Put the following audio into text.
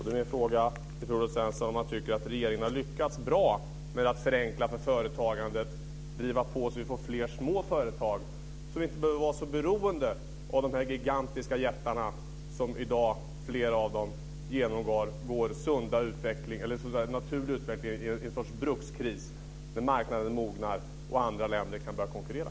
Då är min fråga till Per-Olof Svensson om han tycker att regeringen har lyckats bra med att förenkla för företagandet och driva på att vi får fler små företag så att vi inte behöver vara så beroende av de gigantiska jättarna. Fler av dem genomgår i dag en naturlig utveckling i en sorts brukskris när marknaden mognar och andra länder kan börja konkurrera.